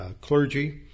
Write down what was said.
clergy